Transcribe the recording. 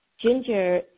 Ginger